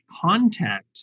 contact